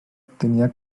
tenia